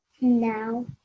No